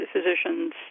Physicians